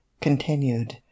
continued